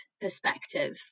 perspective